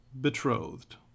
betrothed